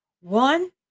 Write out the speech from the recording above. one